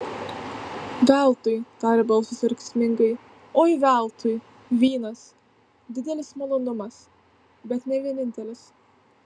veltui tarė balsas verksmingai oi veltui vynas didelis malonumas bet ne vienintelis